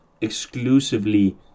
exclusively